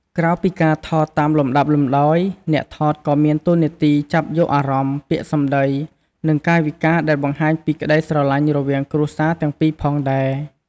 ក្រៅពីការថតតាមលំដាប់លំដោយ អ្នកថតក៏មានតួនាទីចាប់យកអារម្មណ៍ ពាក្យសំដី និងកាយវិការដែលបង្ហាញពីក្តីស្រឡាញ់រវាងគ្រួសារទាំងពីរផងដែរ។